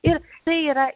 ir tai yra